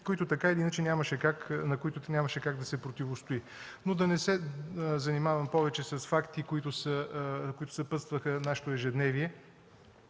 които нямаше как да се противостои. Но да не се занимавам повече с факти, които съпътстваха нашето ежедневие